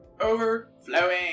overflowing